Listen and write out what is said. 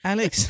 Alex